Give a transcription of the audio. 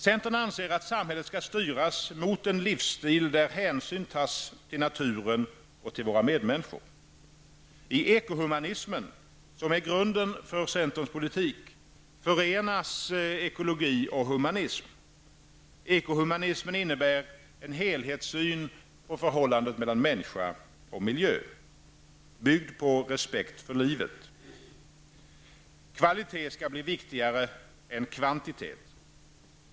Centern anser att samhället skall styras mot en livsstil där hänsyn tas till naturen och till våra medmänniskor. I ekohumanismen, som är grunden för centerns politik, förenas ekologi och humanism. Ekohumanismen innebär en helhetssyn på människa och miljö, byggd på respekt för livet. Kvalitet skall bli viktigare än kvantitet.